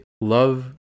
love